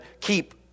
keep